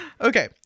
Okay